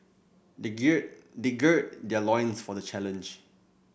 they gird they gird their loins for the challenge